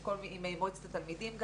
עם מועצת התלמידים,